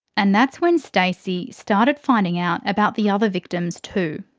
and that's when stacey started finding out about the other victims too.